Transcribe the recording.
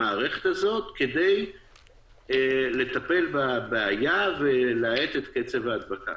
למערכת הזאת כדי לטפל בבעיה ולהאט את קצב ההדבקה.